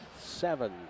seven